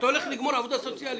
נדון באכיפה.